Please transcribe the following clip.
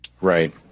Right